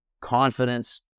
Confidence